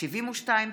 פ/72/23,